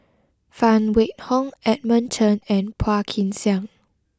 Phan Wait Hong Edmund Chen and Phua Kin Siang